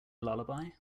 lullaby